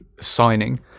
signing